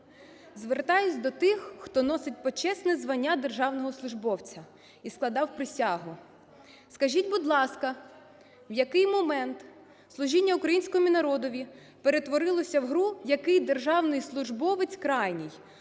Звертаюся до тих, хто носить почесне звання державного службовця і складав присягу. Скажіть, будь ласка, в який момент служіння українському народові перетворилося в гру, який державний службовець крайній,